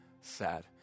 sad